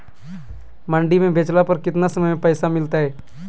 मंडी में बेचला पर कितना समय में पैसा मिलतैय?